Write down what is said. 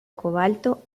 cobalto